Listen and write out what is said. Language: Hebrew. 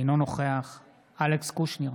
אינו נוכח אלכס קושניר,